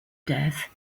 death